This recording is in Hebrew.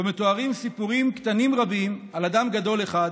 ובו מתוארים סיפורים קטנים רבים על אדם גדול אחד,